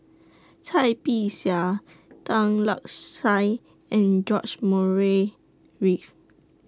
Cai Bixia Tan Lark Sye and George Murray Reith